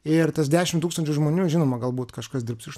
ir tas dešimt tūkstančių žmonių žinoma galbūt kažkas dirbs iš